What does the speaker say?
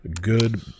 good